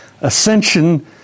ascension